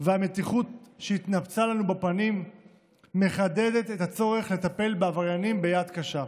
והמתיחות שהתנפצה לנו בפנים מחדדות את הצורך לטפל בעבריינים ביד קשה.